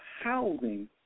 housing